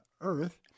earth